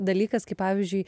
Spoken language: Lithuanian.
dalykas kaip pavyzdžiui